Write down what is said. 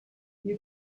you